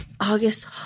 August